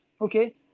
okay